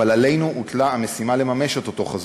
אבל עלינו הוטלה המשימה לממש את אותו החזון.